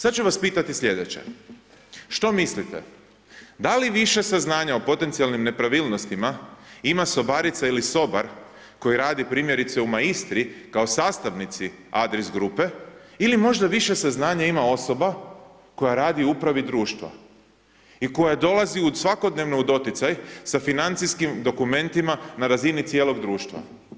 Sad ću vas pitati slijedeće, što mislite da li više saznanja o potencijalnim nepravilnostima ima sobarica ili sobar koji radi, primjerice, u Maistri, kao sastavnici Adris grupe ili možda više saznanja ima osoba koja radi u upravi društva i koja dolazi u svakodnevno u doticaj sa financijskim dokumentima na razini cijelog društva?